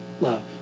love